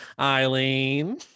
eileen